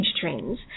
trends